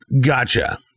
Gotcha